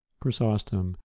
Chrysostom